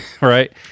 Right